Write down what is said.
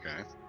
okay